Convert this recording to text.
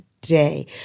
day